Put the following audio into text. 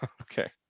Okay